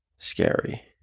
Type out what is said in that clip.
scary